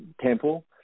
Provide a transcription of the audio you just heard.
temple